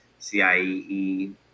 CIEE